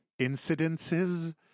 incidences